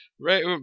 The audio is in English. right